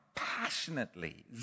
passionately